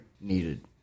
needed